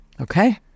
Okay